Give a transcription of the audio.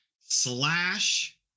slash